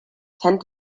tend